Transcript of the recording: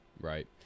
Right